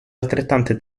altrettante